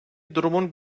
durumun